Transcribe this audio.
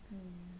mmhmm